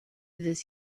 this